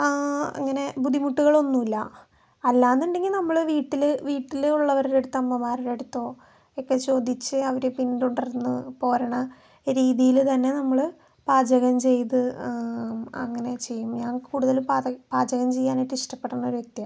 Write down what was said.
അങ്ങനെ ബുദ്ധിമുട്ടുകളൊന്നും ഇല്ല അല്ലാന്ന് ഉണ്ടെങ്കിൽ നമ്മള് വീട്ടില് വീട്ടില് ഉള്ളവരുടെടുത്ത് അമ്മമാരുടടുത്തോ ഇപ്പം ചോദിച്ച് അവരെ പിന്തുടർന്ന് പോകുന്ന രീതിയില് തന്നെ നമ്മള് പാചകം ചെയ്ത് അങ്ങനെ ചെയ്യും ഞാൻ കൂടുതലും പാച പാചകം ചെയ്യാനായിട്ട് ഇഷ്ടപ്പെടുന്ന ഒരു വ്യക്തിയാണ്